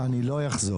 אני לא אחזור.